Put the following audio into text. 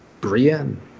Brienne